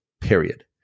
period